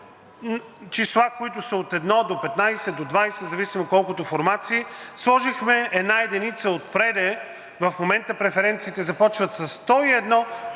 имахме числа, които са от едно до 15, до 20 в зависимост колкото формации. Сложихме една единица отпред. В момента преференциите започват със 101,